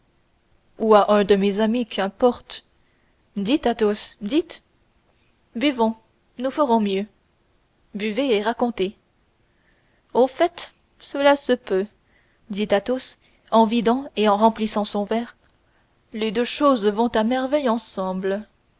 ou à un de mes amis qu'importe dites athos dites buvons nous ferons mieux buvez et racontez au fait cela se peut dit athos en vidant et remplissant son verre les deux choses vont à merveille ensemble